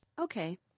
Okay